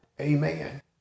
Amen